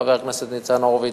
חבר הכנסת ניצן הורוביץ,